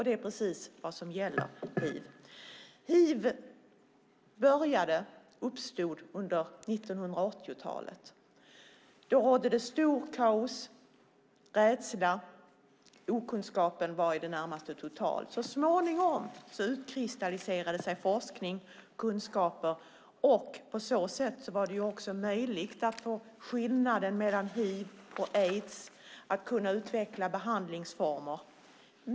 Det är precis vad som gäller för hiv. Hiv uppstod under 1980-talet. Då rådde det stort kaos och rädsla. Okunskapen var i det närmaste total. Så småningom utkristalliserade sig forskning och kunskaper. På så sätt blev det också möjligt att förstå skillnaden mellan hiv och aids och att utveckla behandlingsformer.